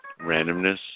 Randomness